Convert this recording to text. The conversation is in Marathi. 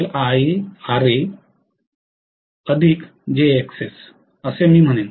तर मी म्हणेन